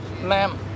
Ma'am